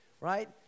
Right